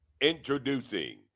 introducing